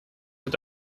hat